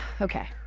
Okay